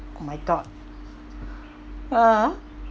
oh my god